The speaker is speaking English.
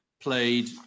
played